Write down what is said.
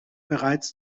bereits